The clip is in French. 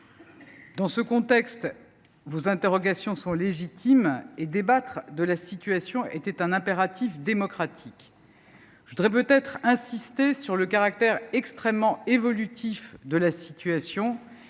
Dans ce contexte, vos interrogations sont légitimes et débattre de la situation était un impératif démocratique. Je voudrais insister sur le caractère extrêmement évolutif de la situation,